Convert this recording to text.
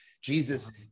Jesus